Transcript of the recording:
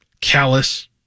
callous